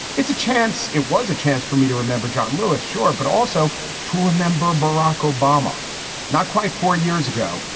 it's a chance, it was a chance for me to remember john lewis. sure. but also to remember barack obama not quite four years ago.